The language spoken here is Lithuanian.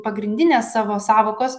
pagrindinės savo sąvokos